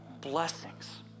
blessings